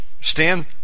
stan